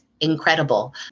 incredible